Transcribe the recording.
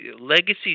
legacy